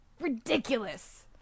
ridiculous